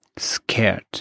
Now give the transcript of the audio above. scared